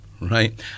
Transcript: Right